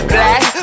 Black